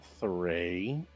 three